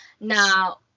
now